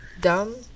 Dumb